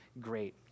great